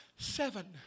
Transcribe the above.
Seven